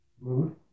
mood